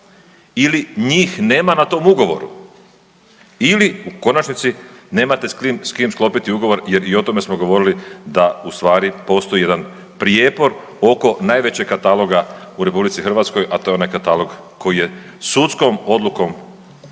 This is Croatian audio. ili njih nema na tom ugovoru ili, u konačnici, nemate s kim sklopiti ugovor jer i o tome smo govorili da ustvari postoji jedan prijepor oko najvećeg kataloga u RH, a to je onaj katalog koji je sudskom odlukom